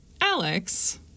Alex